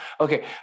okay